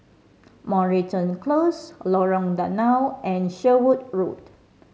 Moreton Close Lorong Danau and Sherwood Road